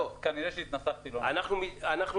לא, לא, לא, ממש לא.